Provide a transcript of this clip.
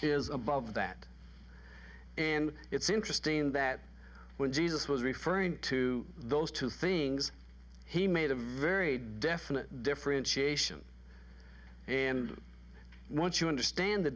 is above that and it's interesting that when jesus was referring to those two things he made a very definite differentiation and once you understand the